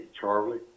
Charlie